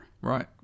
Right